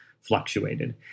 fluctuated